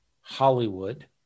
Hollywood